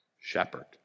Shepherd